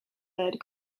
led